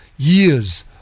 Years